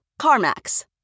CarMax